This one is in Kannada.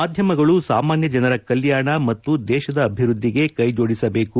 ಮಾದ್ಯಮಗಳು ಸಾಮಾನ್ಯ ಜನರ ಕಲ್ಕಾಣ ಮತ್ತು ದೇಶದ ಅಭಿವೃದ್ಧಿಗೆ ಕೈಜೋಡಿಸಬೇಕು